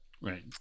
right